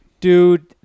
dude